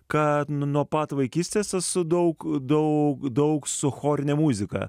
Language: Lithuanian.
kad nuo pat vaikystės esu daug daug daug su chorine muzika